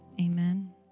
amen